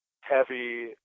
heavy